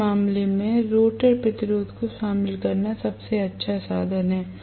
उस मामले में रोटर प्रतिरोध को शामिल करना सबसे अच्छा साधन है